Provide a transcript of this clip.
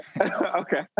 okay